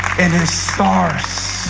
in his scars.